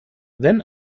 wenn